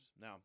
Now